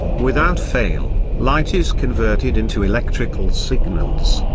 without fail, light is converted into electrical signals,